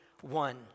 one